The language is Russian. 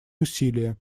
усилия